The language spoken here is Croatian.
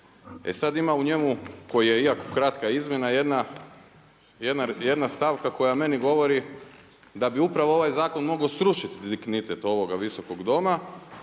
E sada ima u njemu, koji je, iako kratka izmjena jedna stavka koja meni govori da bi upravo ovaj zakon mogao srušiti dignitet ovoga Visokoga doma.